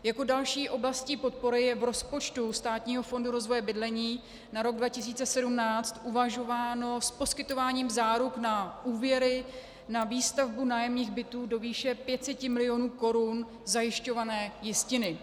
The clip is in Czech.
Jako další oblast podpory je v rozpočtu Státního fondu rozvoje bydlení na rok 2017 uvažováno s poskytováním záruk na úvěry na výstavbu nájemních bytů do výše 500 mil. korun zajišťované jistiny.